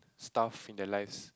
stuff in their lives